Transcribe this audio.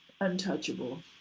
untouchable